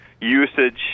usage